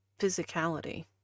physicality